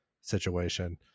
situation